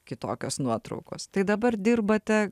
kitokios nuotraukos tai dabar dirbate